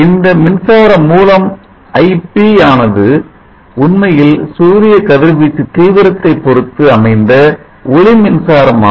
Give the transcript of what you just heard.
இந்த மின்சார மூலம் ip ஆனது உண்மையில் சூரிய கதிர்வீச்சு தீவிரத்தைப் பொருத்து அமைந்த ஒளி மின்சாரம் ஆகும்